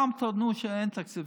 פעם טענו שאין תקציב.